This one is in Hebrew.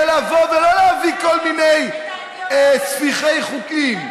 ולא להביא כל מיני ספיחי חוקים,